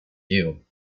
you